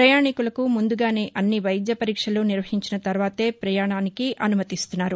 ప్రయాణికులకు ముందుగానే అన్నివైద్య పరీక్షలు నిర్వహించిన తర్వాతే పయాణానికి అనుమతిస్తున్నారు